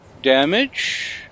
damage